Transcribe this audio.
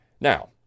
Now